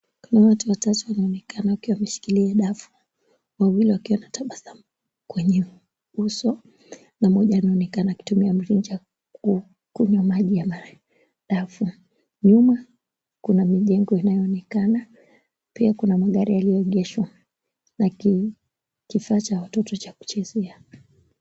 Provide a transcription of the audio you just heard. Kuna watu watatu wanaonekana wakiwa wameshikilia dafu, wawili wakiwa na tabasamu kwenye uso na mmoja anaonekana kutumia mrija kukunywa maji ya madafu. Nyuma kuna mijengo inayoonekana, pia kuna magari yaliyoegeshwa na kifaa cha watoto cha kuchezea.